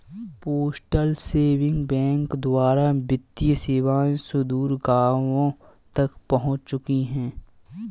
postal saving bank द्वारा वित्तीय सेवाएं सुदूर गाँवों तक पहुंच चुकी हैं